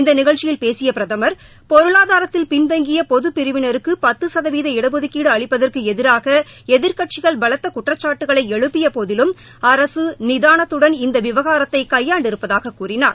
இந்த நிகழ்ச்சியில் பேசிய பிரதம் பொருளாதாரத்தில் பின்தங்கிய பொதுப் பிரிவினருக்கு பத்து கதவீத இடஒதுக்கீடு அளிப்பதற்கு எதிராக எதிர்க்கட்சிகள் பலத்த குற்றச்சாட்டுக்களை எழுப்பிய போதிலும் அரசு நிதானத்துடன் இந்த விவகாரத்தை கையாண்டிருப்பதாகக் கூறினார்